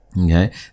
Okay